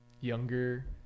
younger